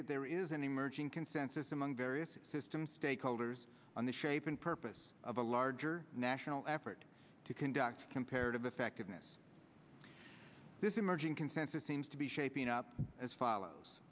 that there is an emerging consensus among various systems stakeholders on the shape and purpose of a larger national effort to conduct comparative effectiveness this emerging consensus seems to be shaping up as follows